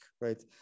right